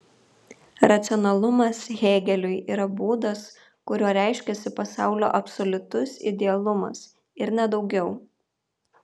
racionalumas hėgeliui yra būdas kuriuo reiškiasi pasaulio absoliutus idealumas ir ne daugiau